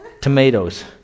tomatoes